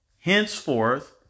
Henceforth